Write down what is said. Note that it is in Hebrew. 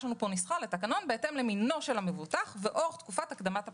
יש פה נוסחה לתקנון בהתאם למינו של המבוטח ואורך תקופת הקדמת הפרישה.